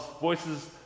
voices